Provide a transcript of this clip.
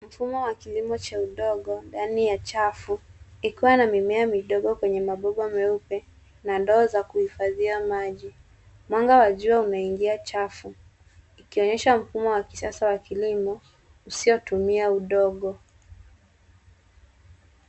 Mfumo wa kilimo cha udogo, yaani ya chafu ikiwa na mimea midogo kwenye mabomba meupe na ndoo za kuhifadhia maji. Mwanga wa jua unaingia chafuni ukionyesha mfumo wa kisasa wa kilimo usiotumia udongo.